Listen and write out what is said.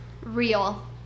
Real